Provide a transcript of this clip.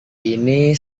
ini